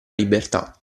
libertà